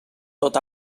tot